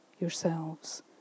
yourselves